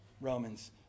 Romans